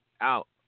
out